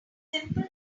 simple